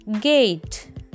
Gate